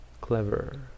Clever